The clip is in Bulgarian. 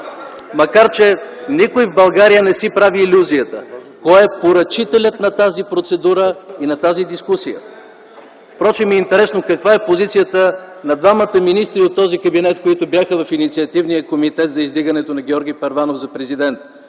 макар че никой в България не си прави илюзията кой е поръчителят на тази процедура и на тази дискусия. Впрочем интересно каква е позицията на двамата министри от този кабинет, които бяха в Инициативния комитет за издигането на Георги Първанов за Президент